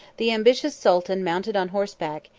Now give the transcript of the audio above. the ambitious sultan mounted on horseback,